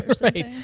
right